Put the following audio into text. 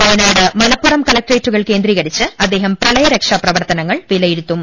വയനാട് മലപ്പുറം കലക്ട്രേ റ്റുകൾ കേന്ദ്രീകരിച്ച് അദ്ദേഹം പ്രളയ രക്ഷാപ്രവർത്തനങ്ങൾ വില യിരുത്തും